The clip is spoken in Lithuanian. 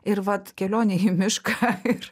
ir vat kelionė į mišką